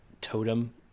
totem